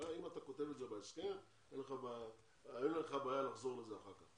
אם אתה כותב את זה בהסכם אין לך בעיה לחזור לזה אחר כך.